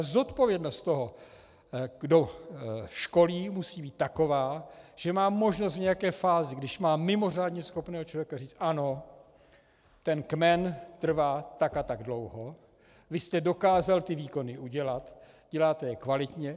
Zodpovědnost toho, kdo školí, musí být taková, že mám možnost v nějaké fázi, když mám mimořádně schopného člověka, říct: Ano, ten kmen trvá tak a tak dlouho, vy jste dokázal ty výkony udělat, děláte je kvalitně.